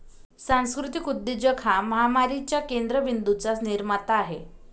सांस्कृतिक उद्योजक हा महामारीच्या केंद्र बिंदूंचा निर्माता आहे